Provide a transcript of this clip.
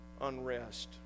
unrest